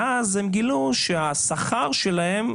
ואז הם גילו שהשכר שלהם,